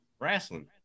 wrestling